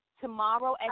tomorrow